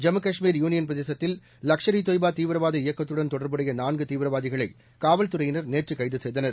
Jammu Kashmir union பிரதேசத்தில் லஷ்கர் இ தொப்பா தீவிரவாத இயக்கத்துடன் தொடர்புடைய நான்கு தீவிரவாதிகளை காவல்துறையினர் நேற்று கைது செய்தனர்